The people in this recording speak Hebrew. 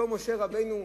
אותו משה רבנו,